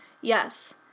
Yes